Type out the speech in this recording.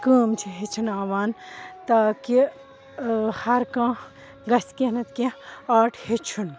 کٲم چھِ ہیٚچھناوان تاکہِ ہر کانٛہہ گژھِ کیٚنٛہہ نَتہٕ کیٚنٛہہ آرٹ ہیٚچھُن